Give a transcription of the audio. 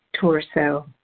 torso